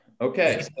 Okay